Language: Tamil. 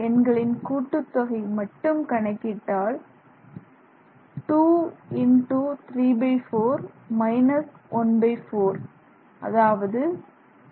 எண்களின் கூட்டுத்தொகை மட்டும் கணக்கிட்டால் 2 into 34 14 அதாவது 12 n m